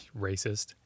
Racist